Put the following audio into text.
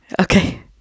Okay